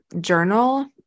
journal